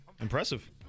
impressive